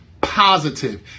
positive